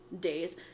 days